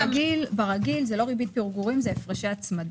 ברגיל זה לא ריבית פיגורים, זה הפרשי הצמדה.